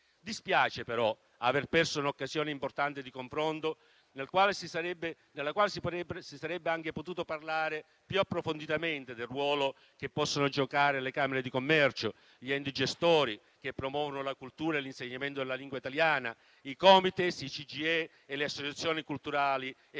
Dispiace però aver perso un'occasione importante di confronto, nella quale si sarebbe anche potuto parlare più approfonditamente del ruolo che possono giocare le camere di commercio, gli enti gestori che promuovono la cultura e l'insegnamento della lingua italiana, i Comitati degli italiani all'estero